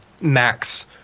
Max